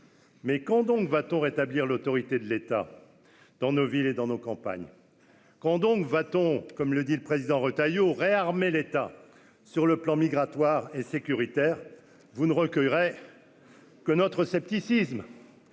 mais quand donc va-t-on rétablir l'autorité de l'État dans nos villes et dans nos campagnes, quand donc va-t-on, comme le dit le président Retailleau réarmer l'État sur le plan migratoire et sécuritaire, vous ne recueillerait que notre scepticisme